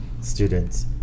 students